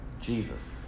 Jesus